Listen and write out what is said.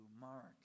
Mark